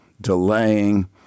delaying